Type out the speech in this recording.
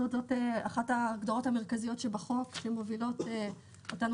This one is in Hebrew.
זאת אחת ההגדרות המרכזיות בחוק שמובילות אותנו